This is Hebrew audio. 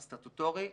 הסטטוטורי.